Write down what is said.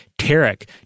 Tarek